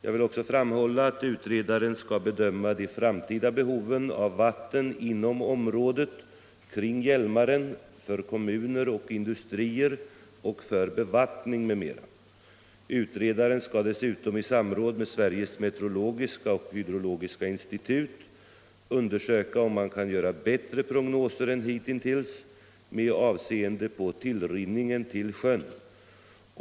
Jag vill också framhålla att utredaren skall bedöma de framtida behoven av vatten inom området kring Hjälmaren för kommuner och industrier och för bevattning m.m. Utredaren skall dessutom i samräd med Sveriges metecorologiska och hydrologiska institut undersöka om man kan göra bättre prognoser än hittills med avseende på tillrinningen till sjön.